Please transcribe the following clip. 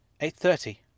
Eight-thirty